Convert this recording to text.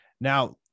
Now